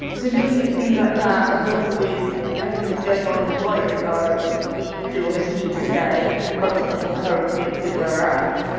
so, looking at things like that, along with everything that's going on in the wider environment, we we do obviously, need to stay up-to-date and current with with where we're at.